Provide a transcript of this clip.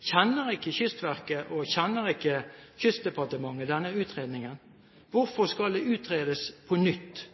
Kjenner ikke Kystverket og Kystdepartementet denne utredningen? Hvorfor skal det utredes på nytt?